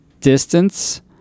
distance